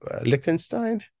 Liechtenstein